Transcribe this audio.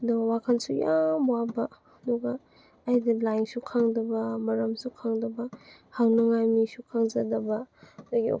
ꯑꯗꯨ ꯋꯥꯈꯜꯁꯨ ꯌꯥꯝ ꯋꯥꯕ ꯑꯗꯨꯒ ꯑꯩꯗꯤ ꯂꯥꯏꯟꯁꯨ ꯈꯪꯗꯕ ꯃꯔꯝꯁꯨ ꯈꯪꯗꯕ ꯍꯪꯅꯉꯥꯏ ꯃꯤꯁꯨ ꯈꯪꯖꯗꯕ ꯑꯗꯨꯒꯤ